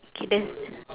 okay there's